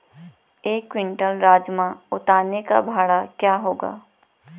एक क्विंटल राजमा उतारने का भाड़ा क्या होगा?